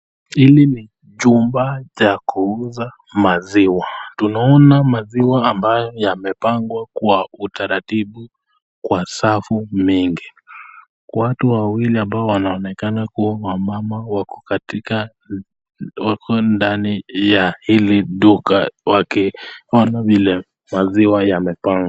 Hili ni chumba cha kuuza maziwa. Tunaona maziwa ambayo yamepangwa kwa utaratibu kwa safu mingi. Watu wawili ambao wanaonekana kuwa wamama wako ndani ya hili duka wakiona vile maziwa yamepangwa.